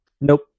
nope